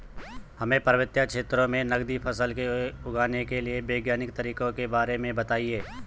हमें पर्वतीय क्षेत्रों में नगदी फसलों को उगाने के वैज्ञानिक तरीकों के बारे में बताइये?